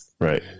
Right